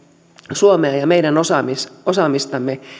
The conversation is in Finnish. suomea ja meidän osaamistamme osaamistamme